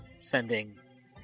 sending